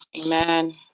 Amen